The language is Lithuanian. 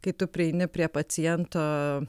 kai tu prieini prie paciento